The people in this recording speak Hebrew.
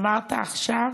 ואמרת: עכשיו